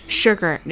sugar